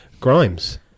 Grimes